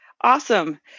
Awesome